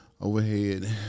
overhead